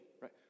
right